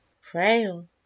Frail